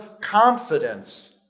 confidence